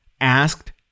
asked